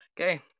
Okay